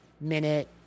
minute